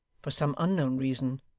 for some unknown reason,